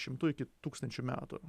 šimtų iki tūkstančių metų